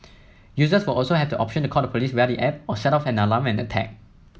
users will also have the option to call the police via the app or set off an alarm when attacked